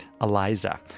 Eliza